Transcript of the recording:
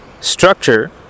structure